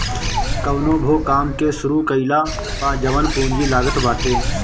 कवनो भो काम के शुरू कईला पअ जवन पूंजी लागत बाटे